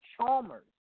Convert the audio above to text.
Chalmers